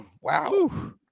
wow